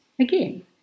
again